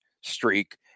streak